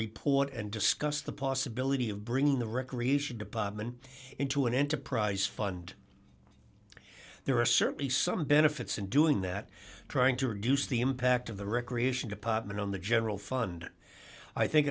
report and discussed the possibility of bringing the recreation department into an enterprise fund there are certainly some benefits in doing that trying to reduce the impact of the recreation department on the general fund i think